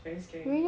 very scary